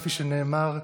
כפי שנאמר,